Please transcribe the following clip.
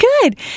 good